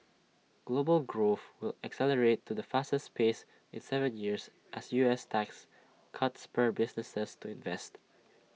global growth will accelerate to the fastest pace in Seven years as U S tax cuts spur businesses to invest